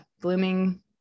blooming